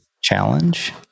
challenge